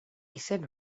izen